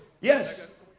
Yes